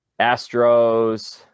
Astros